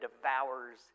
devours